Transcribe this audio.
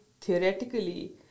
theoretically